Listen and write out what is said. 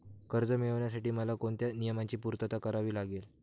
कर्ज मिळविण्यासाठी मला कोणत्या नियमांची पूर्तता करावी लागेल?